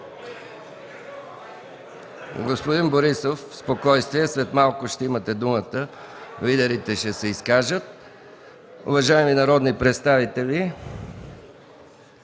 Господин Борисов, спокойствие! След малко ще имате думата. Лидерите ще се изкажат. Уважаеми народни представители,